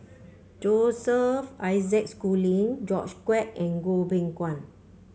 Joseph Isaac Schooling George Quek and Goh Beng Kwan